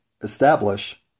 establish